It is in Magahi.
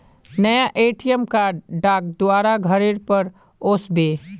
नया ए.टी.एम कार्ड डाक द्वारा घरेर पर ओस बे